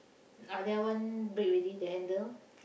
Alia one break already the handle